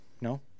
No